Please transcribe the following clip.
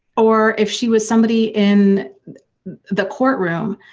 or if she was somebody in the courtroom,